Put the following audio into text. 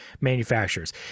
manufacturers